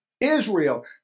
Israel